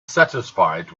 satisfied